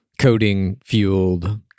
coding-fueled